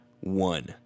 one